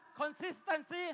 consistency